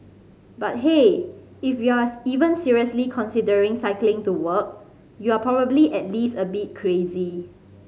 but hey if you're even seriously considering cycling to work you're probably at least a bit crazy